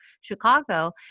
Chicago